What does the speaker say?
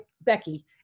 Becky